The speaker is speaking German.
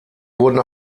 wurden